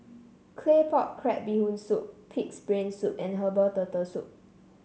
Claypot Crab Bee Hoon Soup pig's brain soup and Herbal Turtle Soup